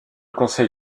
conseil